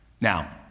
Now